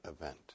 event